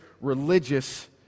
religious